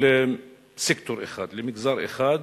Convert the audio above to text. לסקטור אחד, למגזר אחד,